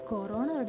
Corona